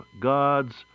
God's